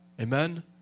Amen